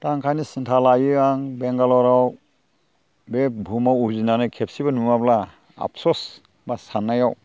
दा ओंखायनो सिन्था लायो आं बेंगालराव बे भुमाव उजिनानै खेबसेबो नुवाब्ला आफस'स बा साननायाव